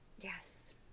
yes